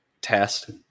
test